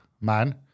man